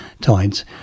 tides